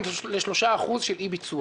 תראו, זה הזוי.